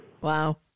Wow